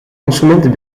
instrumenten